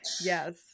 Yes